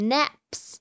Naps